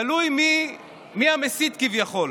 תלוי מי המסית כביכול.